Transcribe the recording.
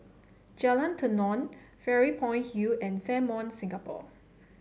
Jalan Tenon Fairy Point Hill and Fairmont Singapore